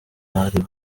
bari